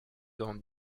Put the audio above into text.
dans